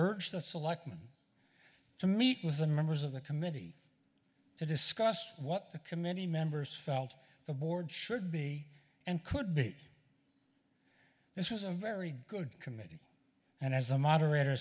urge the selectmen to meet with the members of the committee to discuss what the committee members felt the board should be and could be this was a very good committee and as a moderator